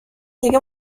دیگه